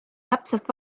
täpselt